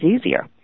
easier